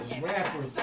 rappers